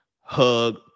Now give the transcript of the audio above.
hug